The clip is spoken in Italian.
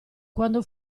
quando